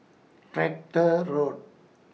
Tractor Road